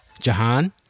Jahan